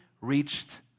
reached